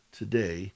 today